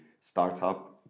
startup